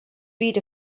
read